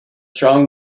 strong